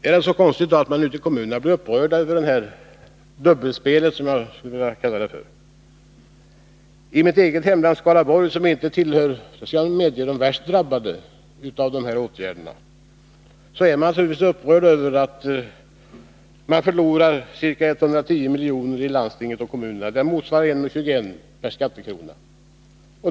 Är det då så konstigt att man ute i kommunerna blir upprörd över detta dubbelspel? I mitt eget hemlän, Skaraborgs län, som dock inte tillhör de mest drabbade av dessa åtgärder — det skall jag medge — är man upprörd över att landstinget och kommunerna förlorar ca 110 milj.kr., motsvarande 1,21 kr. per skattekrona.